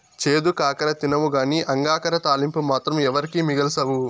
చేదు కాకర తినవుగానీ అంగాకర తాలింపు మాత్రం ఎవరికీ మిగల్సవు